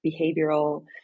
behavioral